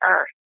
earth